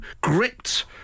gripped